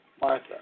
Martha